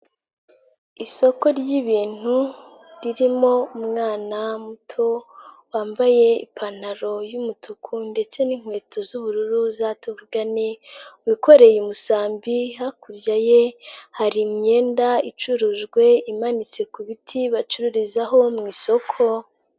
Isoko ry'ibintu ririmo umwana muto wambaye ipantaro y'umutuku ndetse n'inkweto z'ubururu za tuvugane, wikoreye umusambi. Hakurya ye hari imyenda icurujwe imanitse ku biti bacururizaho mu isoko.